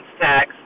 tax